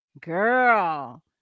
Girl